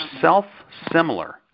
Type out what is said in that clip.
self-similar